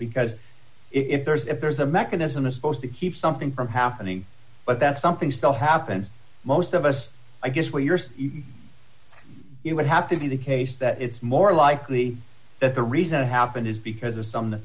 because if there's if there's a mechanism is supposed to keep something from happening but that something still happens most of us i guess for years each it would have to be the case that it's more likely that the reason it happened is because of some